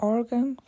Organ